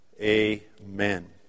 amen